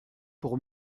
pour